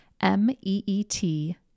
M-E-E-T